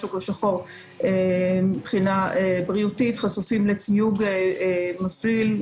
בשוק השחור שמבחינה בריאותית חשופים לתיוג מפליל.